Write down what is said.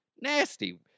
Nasty